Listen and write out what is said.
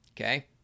Okay